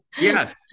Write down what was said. Yes